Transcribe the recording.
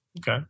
okay